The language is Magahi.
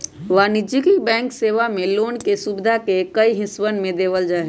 वाणिज्यिक बैंक सेवा मे लोन के सुविधा के कई हिस्सवन में देवल जाहई